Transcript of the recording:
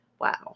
wow